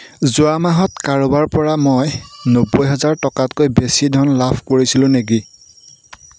যোৱা মাহত কাৰোবাৰপৰা মই নব্বৈ হাজাৰ টকাতকৈ বেছি ধন লাভ কৰিছিলোঁ নেকি